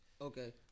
Okay